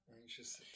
Anxious